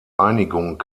einigung